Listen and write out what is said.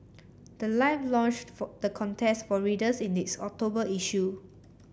the life launched for the contest for readers in its October issue